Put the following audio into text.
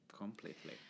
Completely